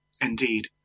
Indeed